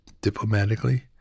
diplomatically